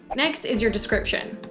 next is your description.